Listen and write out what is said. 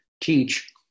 teach